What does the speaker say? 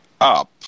up